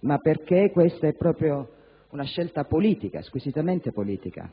ma proprio per una scelta politica, squisitamente politica.